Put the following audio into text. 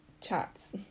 Chats